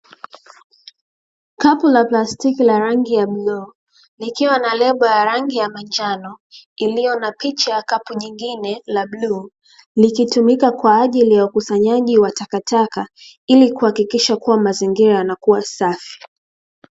Kapu la plastiki lenye rangi ya bluu. Likiwa na lebo ya rangi ya manjano iliyo na picha ya kapu jingine la bluu. Likitumika kwa ajili ya ukusanyaji wa takataka ili kuhakikisha kuwa mazingira yanakuwa safi.